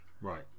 right